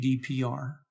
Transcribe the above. GDPR